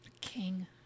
King